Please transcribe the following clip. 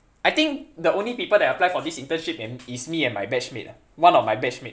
I think the only people that apply for this internship and is me and my batch mate ah one of my batch mate